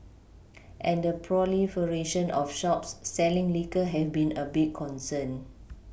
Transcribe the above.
and the proliferation of shops selling liquor have been a big concern